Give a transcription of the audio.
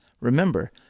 Remember